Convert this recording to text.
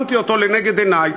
שמתי אותו לנגד עיני,